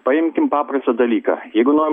paimkim paprastą dalyką jeigu norim